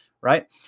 right